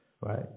right